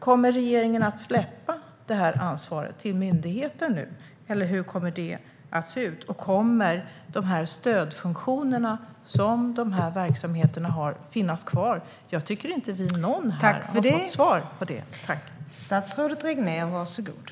Kommer regeringen att släppa det här ansvaret till myndigheten nu, eller hur kommer det att se ut? Kommer de stödfunktioner som de här verksamheterna har att finnas kvar? Jag tycker inte att någon av oss här har fått svar på det.